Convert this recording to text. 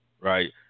Right